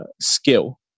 skill